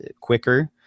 quicker